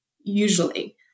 usually